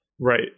Right